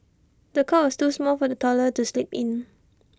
the cot was too small for the toddler to sleep in